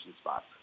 spots